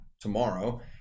tomorrow